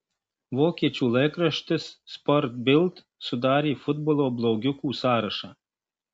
vokiečių laikraštis sport bild sudarė futbolo blogiukų sąrašą